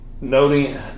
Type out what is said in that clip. noting